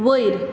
वयर